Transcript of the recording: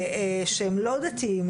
שהם לא דתיים,